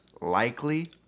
likely